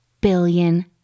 billion